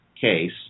case